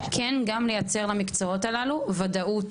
וכן צריך לייצר למקצועות הללו ודאות